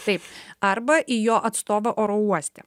taip arba į jo atstovą oro uoste